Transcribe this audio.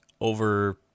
over